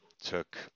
took